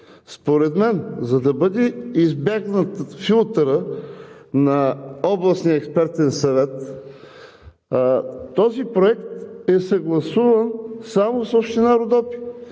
Според мен, за да бъде избегнат филтърът на Областния експертен съвет, този проект е съгласуван само с Община Родопи.